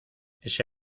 ese